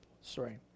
sorry